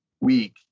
Week